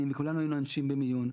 היינו עם 80 מאבטחים,